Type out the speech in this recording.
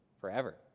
forever